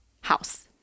house